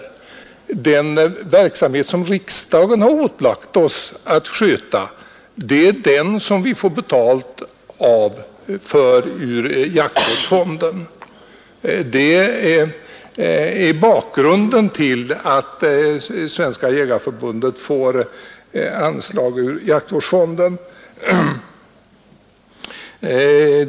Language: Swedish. Det är för den verksamhet som riksdagen har ålagt oss att sköta som vi får betalt ur jaktvårdsfonden. Detta är bakgrunden till att Svenska jägareförbundet får anslag ur jaktvårdsfonden.